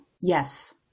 Yes